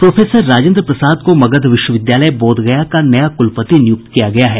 professor Rajendra Prasad को मगध विश्वविद्यालय बोधगया का नया कुलपति नियुक्त किया गया है